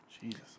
Jesus